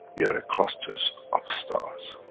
we are ah clusters of stars.